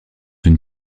une